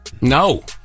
No